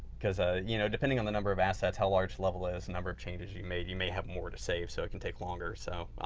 because ah you know depending on the number of assets, how large the level is, and number of changes you made, you may have more to save so it can take longer. so,